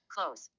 Close